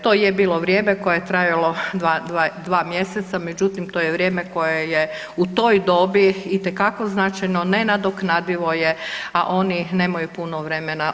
To je bilo vrijeme koje je trajalo 2 mjeseca, međutim, to je vrijeme koje je u toj dobi itekako značajno, nenadoknadivo je, a oni nemaju puno vremena.